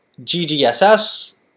GGSS